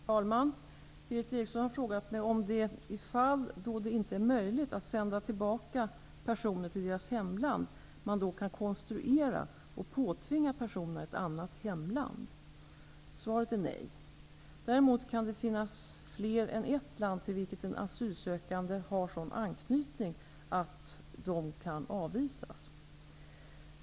Herr talman! Berith Eriksson har frågat mig om man, i det fall då det inte är möjligt att sända tillbaka personer till deras hemland, kan konstruera och påtvinga personerna ett annat hemland. Svaret är nej. Däremot kan det finnas fler än ett land till vilket asylsökande har sådan anknytning att de kan avvisas.